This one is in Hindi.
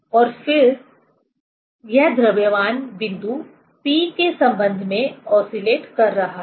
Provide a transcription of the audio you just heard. और फिर यह द्रव्यमान बिंदु P के संबंध में ओसीलेट कर रहा है